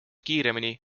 kiiremini